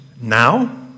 now